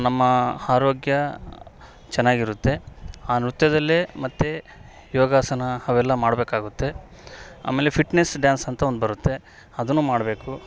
ನಮ್ಮ ಆರೋಗ್ಯ ಚೆನ್ನಾಗಿರುತ್ತೆ ಆ ನೃತ್ಯದಲ್ಲೇ ಮತ್ತು ಯೋಗಾಸನ ಅವೆಲ್ಲಾ ಮಾಡಬೇಕಾಗುತ್ತೆ ಆಮೇಲೆ ಫಿಟ್ನೆಸ್ ಡ್ಯಾನ್ಸ್ ಅಂತ ಒಂದು ಬರುತ್ತೆ ಅದು ಮಾಡಬೇಕು